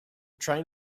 train